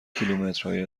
کیلومترهای